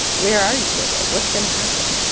where are you with it? what's going to happen?